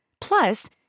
Plus